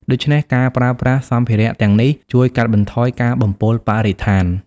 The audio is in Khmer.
ដូច្នេះ ការប្រើប្រាស់សម្ភារៈទាំងនេះជួយកាត់បន្ថយការបំពុលបរិស្ថាន។